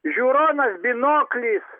žiūronas binoklis